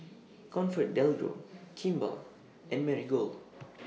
ComfortDelGro Kimball and Marigold